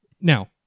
now